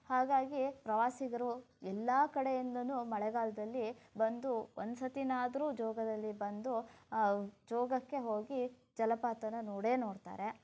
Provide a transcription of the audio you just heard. ಹಾಗಾಗಿ ಪ್ರವಾಸಿಗರು ಎಲ್ಲ ಕಡೆಯಿಂದಲೂ ಮಳೆಗಾಲದಲ್ಲಿ ಬಂದು ಒಂದು ಸರ್ತಿನಾದ್ರು ಜೋಗದಲ್ಲಿ ಬಂದು ಜೋಗಕ್ಕೆ ಹೋಗಿ ಜಲಪಾತಾನ ನೋಡೇ ನೋಡ್ತಾರೆ